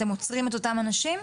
אתם עוצרים את אותם אנשים?